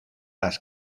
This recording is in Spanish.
las